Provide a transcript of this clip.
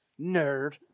Nerd